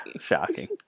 shocking